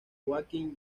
joaquín